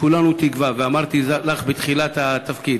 כולנו תקווה, ואמרתי לך בתחילת התפקיד: